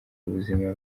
ubuzima